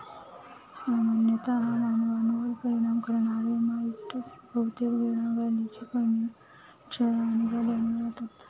सामान्यतः मानवांवर परिणाम करणारे माइटस बहुतेक वेळा गालिचे, फर्निचर आणि गाद्यांमध्ये रहातात